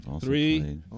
Three